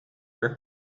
her